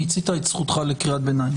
מיצית זכותך לקריאת עיניים.